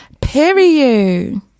period